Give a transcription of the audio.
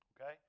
okay